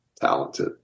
talented